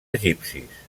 egipcis